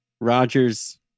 Rodgers